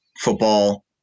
football